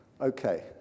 Okay